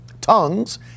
tongues